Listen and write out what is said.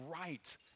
right